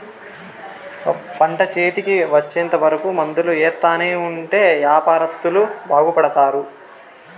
పంట చేతికి వచ్చేంత వరకు మందులు ఎత్తానే ఉంటే యాపారత్తులు బాగుపడుతారు